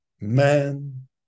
man